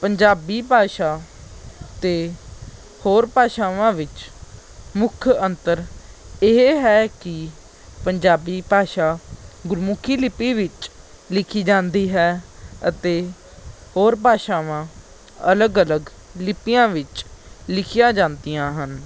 ਪੰਜਾਬੀ ਭਾਸ਼ਾ ਅਤੇ ਹੋਰ ਭਾਸ਼ਾਵਾਂ ਵਿੱਚ ਮੁੱਖ ਅੰਤਰ ਇਹ ਹੈ ਕਿ ਪੰਜਾਬੀ ਭਾਸ਼ਾ ਗੁਰਮੁਖੀ ਲਿਪੀ ਵਿੱਚ ਲਿਖੀ ਜਾਂਦੀ ਹੈ ਅਤੇ ਹੋਰ ਭਾਸ਼ਾਵਾਂ ਅਲੱਗ ਅਲੱਗ ਲਿਪੀਆਂ ਵਿੱਚ ਲਿਖੀਆ ਜਾਂਦੀਆਂ ਹਨ